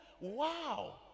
wow